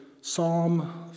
Psalm